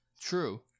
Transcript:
true